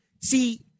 see